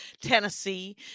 Tennessee